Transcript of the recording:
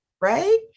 right